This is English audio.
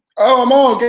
oh, i'm on.